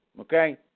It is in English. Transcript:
okay